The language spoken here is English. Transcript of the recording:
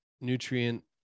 nutrient